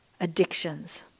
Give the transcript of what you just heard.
addictions